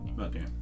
Okay